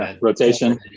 Rotation